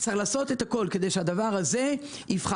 צריך לעשות את הכול כדי שהדבר הזה יפחת.